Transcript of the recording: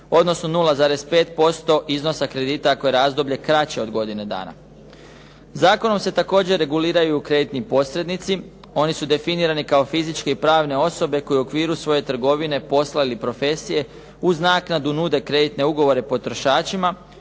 odnosno 0,5% iznosa kredita ako je razdoblje kraće od godine dana. Zakonom se također reguliraju kreditni posrednici. Oni su definirani kao fizičke i pravne osobe koje u okviru svoje trgovine, posla ili profesije uz naknadu nude kreditne ugovore potrošačima,